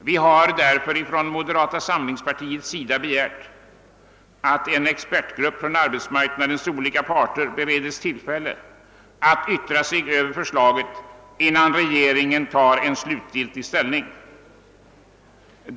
Vi inom moderata samlingspartiet har begärt att en arbetsgrupp med deltagare från arbetsmarknadens olika parter skall beredas tillfälle att yttra sig över förslaget innan regeringen slutgiltigt tar ställning.